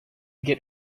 get